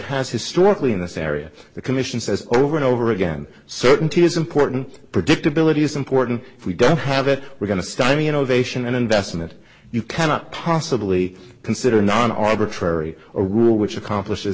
has historically in this area the commission says over and over again certainty is important predictability is important if we don't have it we're going to stymie innovation and investment you cannot possibly consider non arbitrary or rule which accomplishes